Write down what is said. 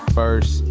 first